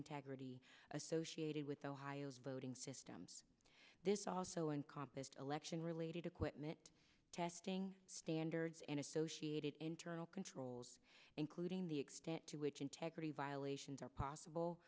integrity associated with ohio's voting systems this also in compas election related equipment testing standards and associated internal controls including the extent to which integrity violation possible